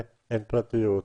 שאין פרטיות,